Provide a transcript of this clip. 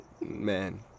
Man